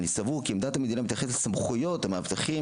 אני סבור כי עמדת המדינה מתייחסת לסמכויות המאבטחים